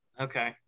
okay